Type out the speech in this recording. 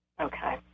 Okay